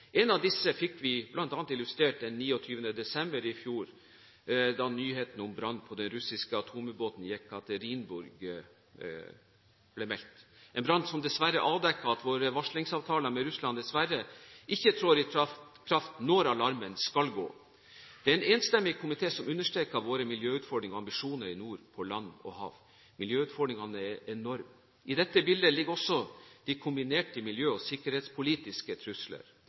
En av disse fikk vi illustrert 29. desember i fjor da nyheten om brann på den russiske atomubåten «Jekaterinburg» ble meldt – en brann som dessverre avdekket at våre varslingsavtaler med Russland ikke trår i kraft når alarmen skal gå. Det er en enstemmig komité som understreker våre miljøutfordringer og ambisjoner i nord, på land og hav. Miljøutfordringene er enorme. I dette bildet ligger også de kombinerte miljø- og sikkerhetspolitiske trusler.